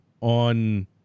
on